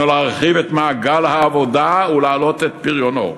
עלינו להרחיב את מעגל העבודה ולהעלות את פריונה,